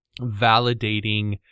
validating